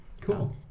Cool